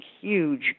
huge